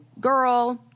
girl